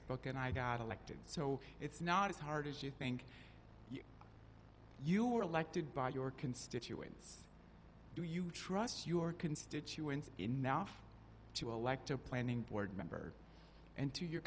and i got elected so it's not as hard as you think you were elected by your constituents do you trust your constituents enough to elect a planning board member and to your